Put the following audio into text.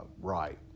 right